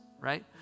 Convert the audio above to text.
right